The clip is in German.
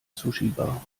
sushibar